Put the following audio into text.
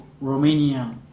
Romania